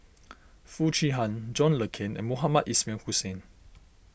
Foo Chee Han John Le Cain and Mohamed Ismail Hussain